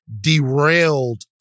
derailed